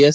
S